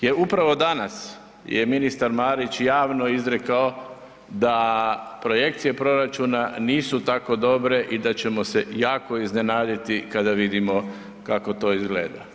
Jer upravo danas je ministar Marić javno izrekao da projekcije proračuna nisu tako dobre i da ćemo se jako iznenaditi kada vidimo kako to izgleda.